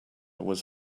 was